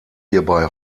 hierbei